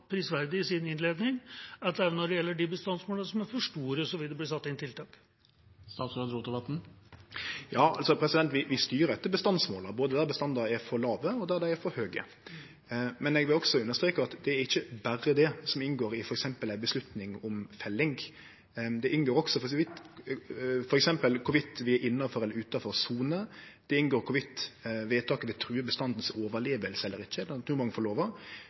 i sin innledning, at også når det gjelder de bestandsmålene som er for høye, vil det bli satt inn tiltak. Ja, vi styrer etter bestandsmåla, både der bestandane er for låge, og der dei er for høge. Men eg vil også understreke at det ikkje berre er det som inngår i f.eks. ei avgjerd om felling. Det inngår også f.eks. i kva grad vi er innanfor eller utanfor soner, det inngår i kva grad vedtaket vil truge bestandens overleving eller ikkje,